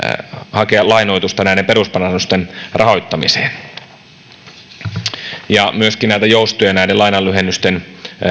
hakea lainoitusta perusparannusten rahoittamiseen myöskin joustoja lainanlyhennysten